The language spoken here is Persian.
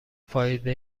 فایده